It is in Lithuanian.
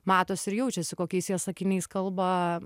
matosi ir jaučiasi kokiais jie sakiniais kalba